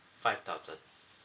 five thousand